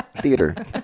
theater